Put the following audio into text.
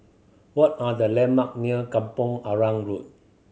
what are the landmark near Kampong Arang Road